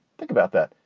think about that.